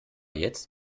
jetzt